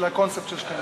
לקונספט של שתי,